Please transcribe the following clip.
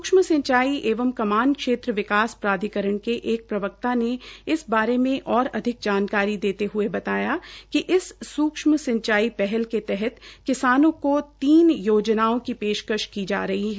सूक्षम सिंचाई एंव कामन क्षेत्र विकास प्राधिकरण के एक प्रवक्ता ने इस बारे में और अधिका जानकारी देते हये बताया कि इस सूक्षम सिंचाई पहल के तहत किसानों को तीन योजनाओं की पेशकश की जा रही है